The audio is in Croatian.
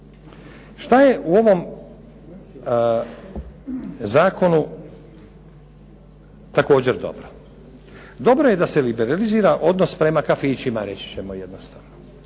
Šta je u ovom zakonu također dobro. Dobro je da se liberalizira odnos prema kafićima, reći ćemo jednostavno.